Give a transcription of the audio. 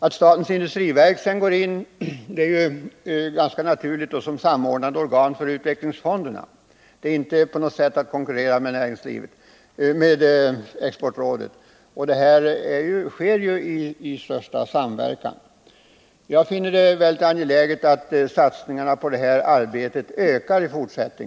Att statens industriverk går in här som ett samordnande organ för utvecklingsfonderna är ju naturligt. Det innebär inte på något sätt att man konkurrerar med Exportrådet, utan tvärtom pågår ett utvecklande samarbete. Arbetet med de exportfrämjande åtgärderna sker alltså i största samverkan. Jag finner det mycket angeläget att satsningarna på detta arbete ökar i framtiden.